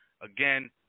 Again